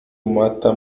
mata